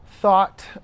thought